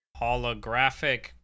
holographic